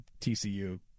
TCU